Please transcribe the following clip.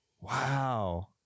Wow